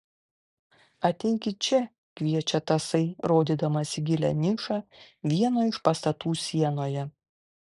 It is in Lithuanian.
ateikit čia kviečia tasai rodydamas į gilią nišą vieno iš pastatų sienoje